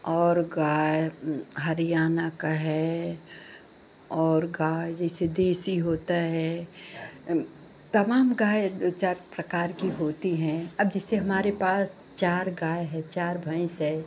और गाय हरियाणा की है और गाय जैसे देसी होती है तमाम गाय प्रकार की होती हैं अब जैसे हमारे पास चार गाय हैं चार भैंस हैं